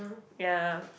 ya